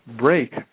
break